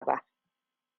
ba